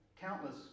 countless